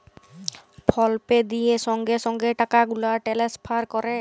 ফল পে দিঁয়ে সঙ্গে সঙ্গে টাকা গুলা টেলেসফার ক্যরে